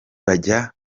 bajya